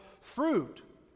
fruit